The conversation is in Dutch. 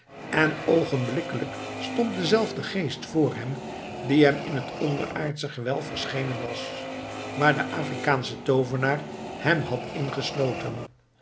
en oogenblikkelijk stond dezelfde geest voor hem die hem in het onderaardsche gewelf verschenen was waar de afrikaansche toovenaar hem had ingesloten